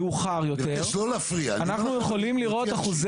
רואים שאחוזי